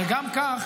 הרי גם כך,